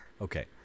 okay